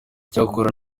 icyakora